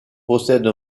possède